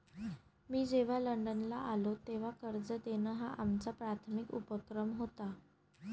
मी जेव्हा लंडनला आलो, तेव्हा कर्ज देणं हा आमचा प्राथमिक उपक्रम होता